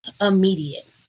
immediate